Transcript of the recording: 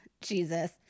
Jesus